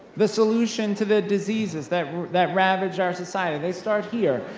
the solution to the diseases that that ravage our society, they start here,